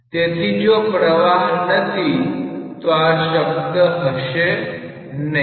તેથી જો પ્રવાહ નથી તો આ શબ્દ હશે નહીં